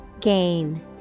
Gain